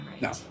No